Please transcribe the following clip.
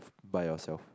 by yourself